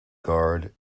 guard